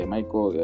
Michael